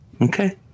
Okay